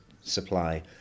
supply